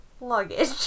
luggage